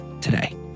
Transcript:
today